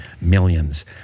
millions